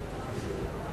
חברי הכנסת,